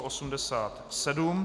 87.